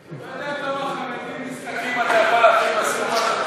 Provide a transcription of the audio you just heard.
אתה יודע כמה חרדים נזקקים אתה יכול להאכיל בסכום הזה?